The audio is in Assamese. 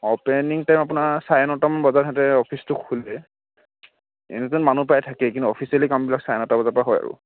অপেনিং টাইম আপোনাৰ চাৰে নটামান বজাত সিহঁতে অফিচটো খোলে এনেইতো মানুহ প্ৰায় থাকেই কিন্তু অফিচিয়েলি কামবিলাক চাৰে নটা বজাৰ পৰা হয় আৰু